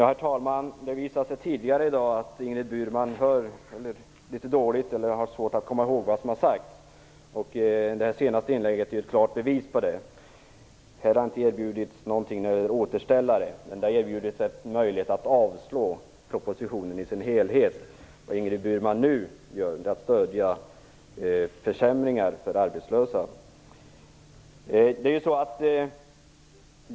Herr talman! Det har visat sig tidigare i dag att Ingrid Burman hör litet dåligt eller har litet svårt att komma ihåg vad som har sagts. Det senaste inlägget är ett klart bevis på detta. Här har inte erbjudits någon återställare utan en möjlighet att avslå propositionen i dess helhet. Vad Ingrid Burman nu gör är att stödja förslag till försämringar för arbetslösa.